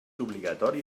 obligatori